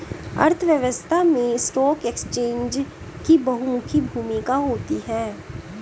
अर्थव्यवस्था में stock exchange की बहुमुखी भूमिका होती है